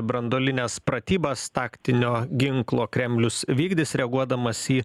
branduolines pratybas taktinio ginklo kremlius vykdys reaguodamas į